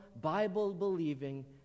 Bible-believing